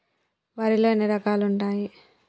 వరిలో ఎన్ని రకాలు ఉంటాయి?